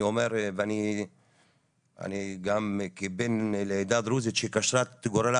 אני אומר ואני גם כבן לעדה הדרוזית שקשרה את גורלה